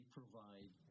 provide